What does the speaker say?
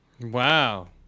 Wow